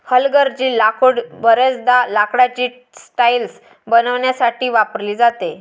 हलगर्जी लाकूड बर्याचदा लाकडाची टाइल्स बनवण्यासाठी वापरली जाते